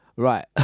Right